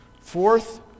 Fourth